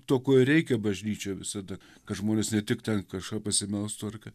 to ko ir reikia bažnyčioj visada kad žmonės ne tik ten kažką pasimelstų ar ką